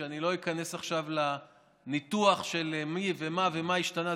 אני לא איכנס עכשיו לניתוח של מי ומה ומה השתנה,